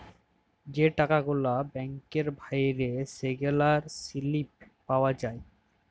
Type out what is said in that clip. যে টাকা গুলা ব্যাংকে ভ্যইরে সেগলার সিলিপ পাউয়া যায়